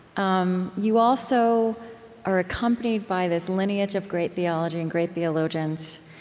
um you also are accompanied by this lineage of great theology and great theologians.